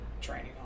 training